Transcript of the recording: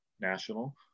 national